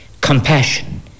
compassion